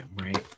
right